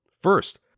First